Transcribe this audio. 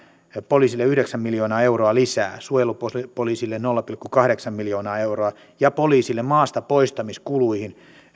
poliisille yhdeksän miljoonaa euroa lisää suojelupoliisille nolla pilkku kahdeksan miljoonaa euroa ja poliisille maastapoistamiskuluihin